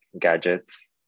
gadgets